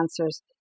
answers